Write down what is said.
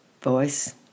voice